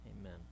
Amen